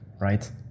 Right